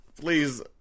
Please